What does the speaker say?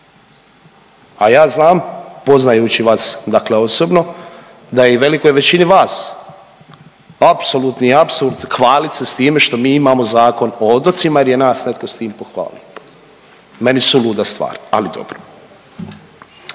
A ja znam poznajući vas dakle osobno da je i velikoj većini vas apsolutni apsurd hvalit se s time što mi imamo Zakon o otocima jer je nas netko s tim pohvalio. Meni suluda stvar, ali dobro.